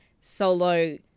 solo